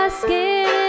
skin